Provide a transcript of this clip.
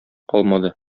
калмады